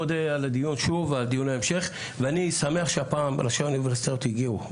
אני מודה על הדיון ואני שמח שהפעם ראשי האוניברסיטאות הגיעו.